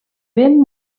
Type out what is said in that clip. vent